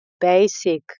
basic